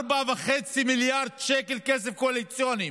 4.5 מיליארד שקל כסף קואליציוני.